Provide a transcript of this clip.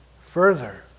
further